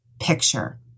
picture